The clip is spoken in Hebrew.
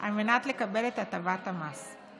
על מנת לקבל את הטבת המס.